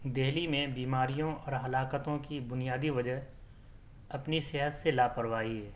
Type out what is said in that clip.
دہلی میں بیماریوں اور ہلاکتوں کی بنیادی وجہ اپنی صحت سے لا پرواہی ہے